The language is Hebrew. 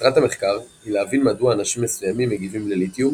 מטרת המחקר היא להבין מדוע אנשים מסוימים מגיבים לליתיום,